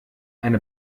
eine